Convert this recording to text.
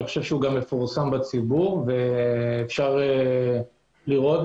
אני גם חושב שהוא מפורסם בציבור, ואפשר לראות.